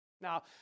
Now